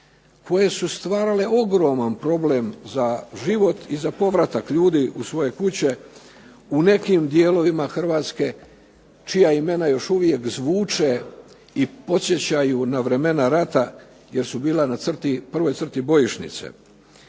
koje su stvarale ogroman problem za život i za povratak ljudi u svoje kuće u nekim dijelovima Hrvatske čija imena još uvijek zvuče i podsjećaju na vremena rata, jer su bila na crti, prvoj crti bojišnice,